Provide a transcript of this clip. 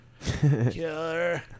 Killer